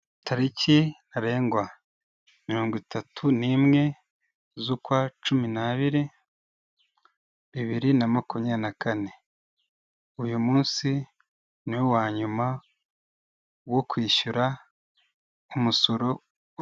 Tariki ntarengwa: mirongo itatu n'imwe z'ukwa Cumi nabiri, bibiri na makumyabiri na kane, uyu munsi niwo wa nyuma wo kwishyura umusoro...